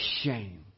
shame